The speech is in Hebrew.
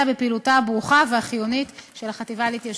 בפעילותה הברוכה והחיונית של החטיבה להתיישבות.